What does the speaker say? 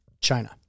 China